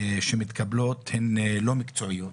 שמתקבלות הן לא מקצועיות